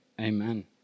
Amen